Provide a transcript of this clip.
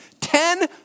Ten